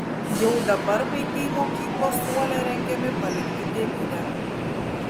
jau dabar vaikai mokyklos suole rengiami palikti tėvynę